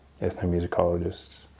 ethnomusicologists